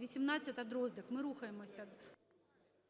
18-а, Дроздик, ми рухаємося.